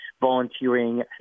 volunteering